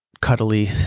cuddly